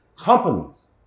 Companies